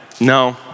no